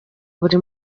buri